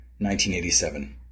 1987